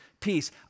peace